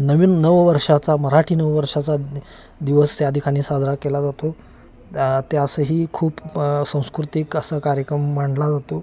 नवीन नववर्षाचा मराठी नववर्षाचा दिवस त्या ठिकाणी साजरा केला जातो त्यासही खूप सांस्कृतिक असा कार्यक्रम मांडला जातो